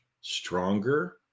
stronger